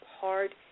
hard